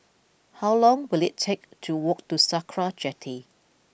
how long will it take to walk to Sakra Jetty